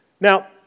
Now